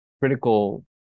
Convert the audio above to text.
critical